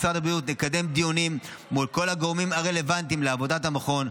משרד הבריאות יקדם דיונים מול כל הגורמים הרלוונטיים לעבודת המכון,